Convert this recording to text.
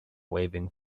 waving